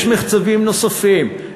יש מחצבים נוספים,